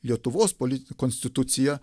lietuvos politin konstituciją